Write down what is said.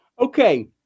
Okay